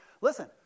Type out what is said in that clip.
listen